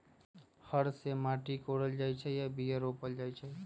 हर से माटि कोरल जाइ छै आऽ बीया रोप्ल जाइ छै